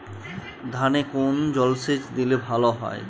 ধানে কোন জলসেচ দিলে ভাল হয়?